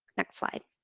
next slide.